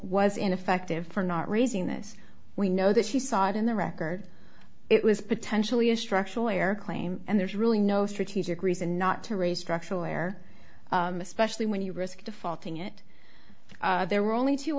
was ineffective for not raising this we know that she saw it in the record it was potentially a structural oir claim and there's really no strategic reason not to raise structure where especially when you risk defaulting it there were only two